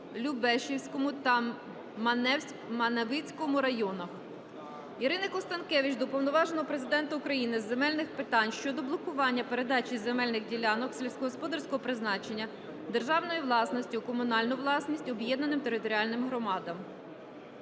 Любешівському та Маневицькому районах. Ірини Констанкевич до Уповноваженого Президента України з земельних питань щодо блокування передачі земельних ділянок сільськогосподарського призначення державної власності у комунальну власність об'єднаним територіальним громадам.